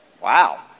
Wow